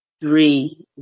three